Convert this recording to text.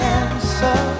answer